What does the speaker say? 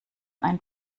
ein